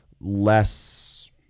less